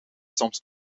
soms